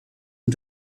and